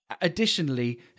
Additionally